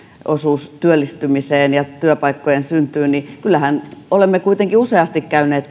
osuus työllistymiseen ja työpaikkojen syntyyn että kyllähän olemme kuitenkin useasti käyneet